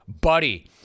Buddy